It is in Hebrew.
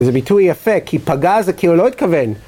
זה ביטוי יפה כי פגע זה כאילו לא התכוון